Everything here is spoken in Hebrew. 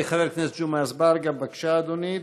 חבר הכנסת ג'מעה אזברגה, בבקשה, אדוני.